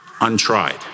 untried